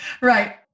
right